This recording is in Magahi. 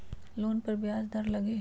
लोन पर ब्याज दर लगी?